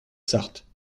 sarthe